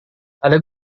ada